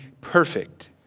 perfect